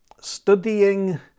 studying